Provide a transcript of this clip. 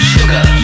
Sugar